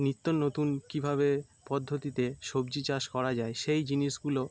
নিত্য নতুন কীভাবে পদ্ধতিতে সবজি চাষ করা যায় সেই জিনিসগুলো